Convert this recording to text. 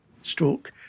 stroke